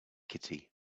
kitty